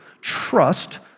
Trust